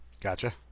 Gotcha